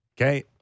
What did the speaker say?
okay